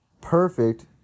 perfect